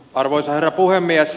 arvoisa herra puhemies